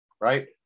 right